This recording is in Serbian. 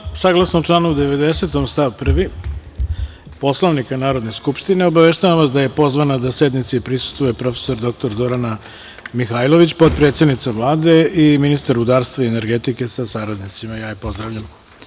gospodo, saglasno članu 90. stav 1. Poslovnika Narodne skupštine obaveštavam vas da je pozvana da sednici prisustvuje prof. dr Zorana Mihajlović, potpredsednica Vlade i ministar rudarstva i energetike sa saradnicama, ja je pozdravljam.